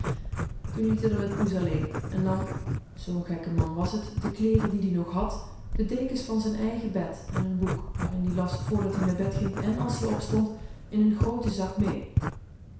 liet ie r met poes alleen en nam zoo'n gekke man was t de kleerera die ie nog had de dekens van z'n eigen bed en n boek waarin ie las voor ie naar bed ging en als-ie opstond in n grooten zak mee